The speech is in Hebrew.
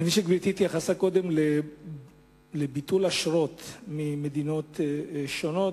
אני מבין שגברתי התייחסה קודם לביטול אשרות ממדינות שונות,